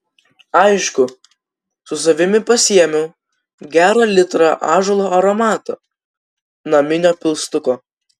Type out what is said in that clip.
aišku su savimi pasiėmiau gerą litrą ąžuolo aromato naminio pilstuko